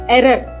Error